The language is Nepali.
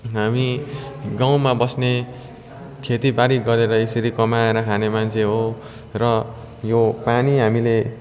हामी गाउँमा बस्ने खेती बारी गरेर यसरी कमाएर खाने मान्छे हो र यो पानी हामीले